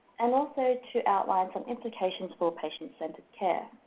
and also to outline some implications for patient centered care.